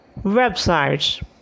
websites